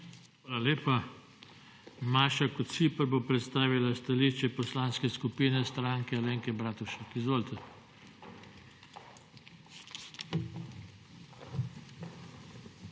Hvala lepa. Maša Kociper bo predstavila stališče Poslanske skupine Stranke Alenke Bratušek. Izvolite. **MAŠA